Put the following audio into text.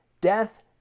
Death